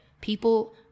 people